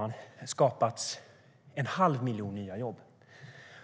har skapats 1⁄2 miljon nya jobb.